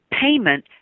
payment